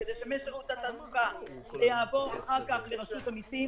כדי שמשירות התעסוקה יעבור אחר כך לרשות המיסים.